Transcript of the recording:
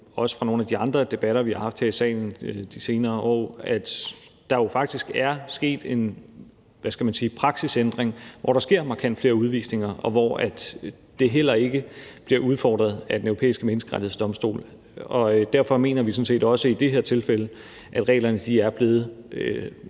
også fra nogle af de andre debatter, vi har haft her i salen i de senere år, at der jo faktisk er sket en, hvad skal man sige, praksisændring, hvor der sker markant flere udvisninger, og hvor det heller ikke bliver udfordret af Den Europæiske Menneskerettighedsdomstol. Derfor mener vi sådan set også i det her tilfælde, at reglerne allerede